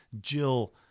Jill